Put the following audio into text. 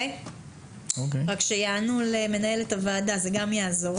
רק שיענו למנהלת הוועדה, זה גם יעזור.